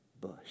bush